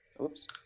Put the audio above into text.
Oops